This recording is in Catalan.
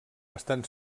estan